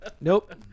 Nope